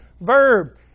verb